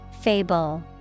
Fable